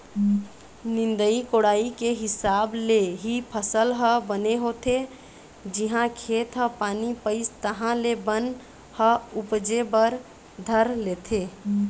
निंदई कोड़ई के हिसाब ले ही फसल ह बने होथे, जिहाँ खेत ह पानी पइस तहाँ ले बन ह उपजे बर धर लेथे